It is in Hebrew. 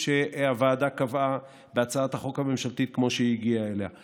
שהוועדה קבעה בהצעת החוק הממשלתית כמו שהיא הגיעה אליה.